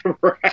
Right